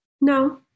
No